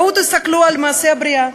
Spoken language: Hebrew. בואו תסתכלו על מעשה הבריאה,